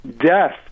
death